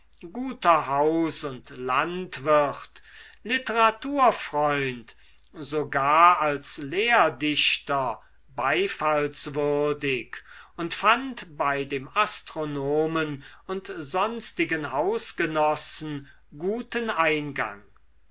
guter haus und landwirt literaturfreund sogar als lehrdichter beifallswürdig und fand bei dem astronomen und sonstigen hausgenossen guten eingang